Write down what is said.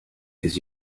his